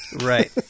Right